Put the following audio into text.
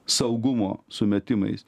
saugumo sumetimais